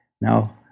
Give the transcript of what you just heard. now